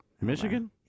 Michigan